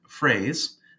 phrase